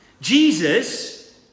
Jesus